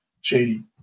shady